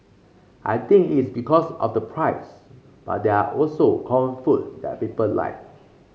I think it's because of the price but there are also common food that people like